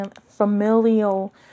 familial